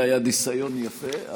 זה היה ניסיון יפה,